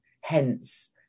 Hence